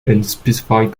unspecified